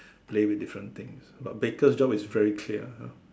play with different things but baker's job is very clear you know